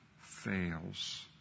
fails